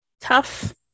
Tough